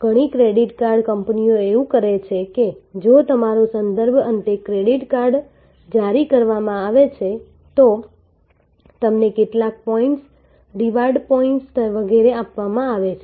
ઘણી credit card કંપનીઓ એવું કરે છે કે જો તમારો સંદર્ભ અંતે ક્રેડિટ કાર્ડ જારી કરવામાં આવે છે તો તમને કેટલાક પોઈન્ટ્સ રિવોર્ડ પોઈન્ટ્સ વગેરે આપવામાં આવે છે